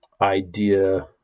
idea